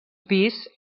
pis